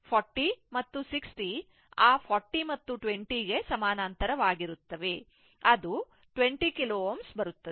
ಆದ್ದರಿಂದ 6 40 ಮತ್ತು 60 ಆ 40 20 ಗೆ ಸಮಾನಾಂತರವಾಗಿರುತ್ತವೆ ಅದು 20 KΩ ಬರುತ್ತದೆ